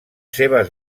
seves